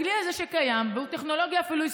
לכלי הזה שקיים, והוא אפילו טכנולוגיה ישראלית,